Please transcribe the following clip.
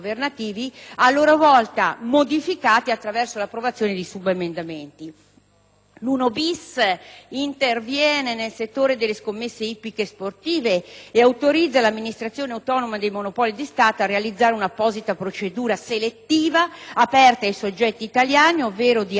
1-*bis* interviene nel settore delle scommesse ippiche e sportive, autorizzando l'amministrazione autonoma dei Monopoli di Stato a realizzare un'apposita procedura selettiva, aperta ai soggetti italiani ovvero di altri Stati dell'Unione europea, per la concessione, fino al 30 giugno 2016, del diritto